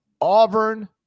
Auburn